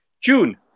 June